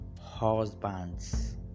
Husbands